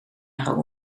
haar